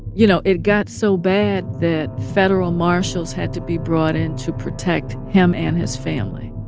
you know, it got so bad that federal marshals had to be brought in to protect him and his family